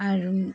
আর